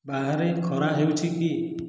ବାହାରେ ଖରା ହେଉଛି କି